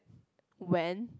when